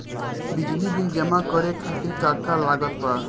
बिजली बिल जमा करे खातिर का का लागत बा?